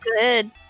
good